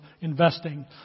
investing